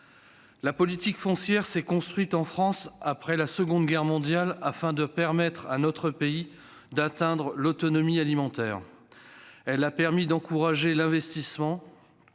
La politique foncière agricole s'est construite en France après la Seconde Guerre mondiale afin de permettre à notre pays d'atteindre l'autonomie alimentaire. Elle a permis d'encourager l'investissement